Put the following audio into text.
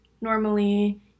normally